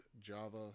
java